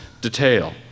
detail